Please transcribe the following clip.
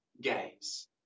gaze